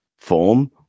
form